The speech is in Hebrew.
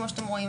כמו שאתם רואים,